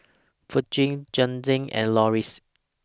Jazlene and Loris